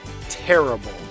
terrible